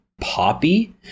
poppy